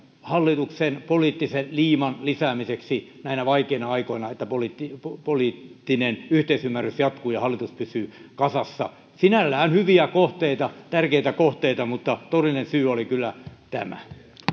hallituksen poliittisen liiman lisäämiseksi näinä vaikeina aikoina jotta poliittinen poliittinen yhteisymmärrys jatkuu ja hallitus pysyy kasassa sinällään hyviä kohteita tärkeitä kohteita mutta todellinen syy oli kyllä tämä